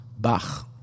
-Bach